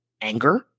anger